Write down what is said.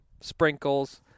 sprinkles